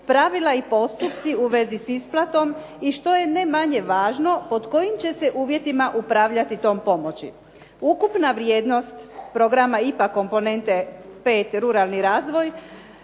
pravila i postupci u vezi s isplatom i što je ne manje važno pod kojim će se uvjetima upravljati tom pomoći. Ukupna vrijednost programa IPA komponente 5 ruralni razvoj